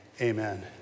amen